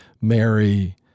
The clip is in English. Mary